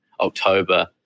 October